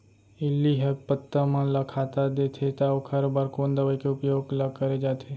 इल्ली ह पत्ता मन ला खाता देथे त ओखर बर कोन दवई के उपयोग ल करे जाथे?